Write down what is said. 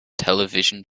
television